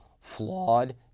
flawed